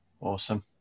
Awesome